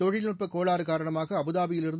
தொழில்நுட்பக்கோளாறு காரணமாக அபுதாபியிலிருந்து